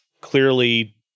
clearly